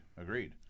agreed